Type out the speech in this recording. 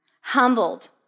Humbled